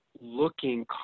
looking